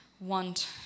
want